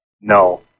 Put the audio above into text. no